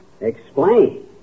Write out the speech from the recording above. Explain